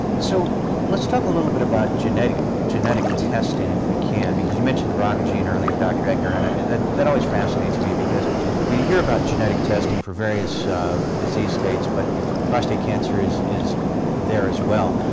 so let's talk a little bit about genetic genetic testing if we can because you mentioned the brca gene earlier, dr. eggener, and that that always fascinates me. because we hear about genetic testing for various disease states, but prostate cancer is is there as well.